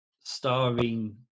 starring